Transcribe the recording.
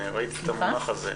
ראיתי את המונח הזה.